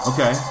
Okay